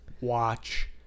watch